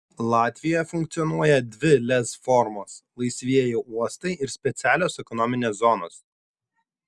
latvijoje funkcionuoja dvi lez formos laisvieji uostai ir specialios ekonominės zonos